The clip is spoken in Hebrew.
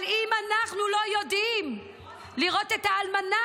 אבל אם אנחנו לא יודעים לראות את האלמנה,